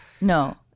No